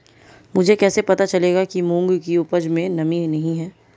मुझे कैसे पता चलेगा कि मूंग की उपज में नमी नहीं है?